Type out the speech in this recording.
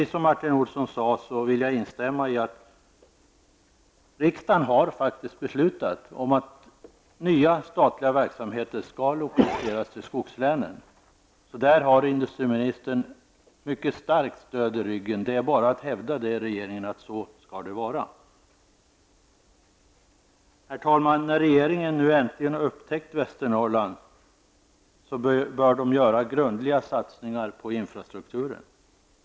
Som Martin Olsson sade har riksdagen beslutat att nya statliga verksamheter skall lokaliseras till skogslänen. Där har industriministern ett mycket starkt stöd i ryggen. Det är bara att hävda i regeringen att det skall vara på det sättet. Herr talman! När regeringen nu äntligen har upptäckt Västernorrland bör den göra grundliga satsningar på infrastrukturen.